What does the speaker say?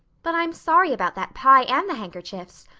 but i'm sorry about that pie and the handkerchiefs.